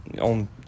on